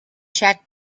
jack